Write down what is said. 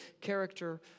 character